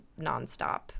nonstop